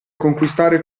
conquistare